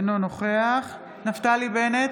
אינו נוכח נפתלי בנט,